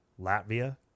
latvia